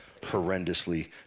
horrendously